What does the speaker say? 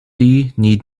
need